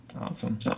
Awesome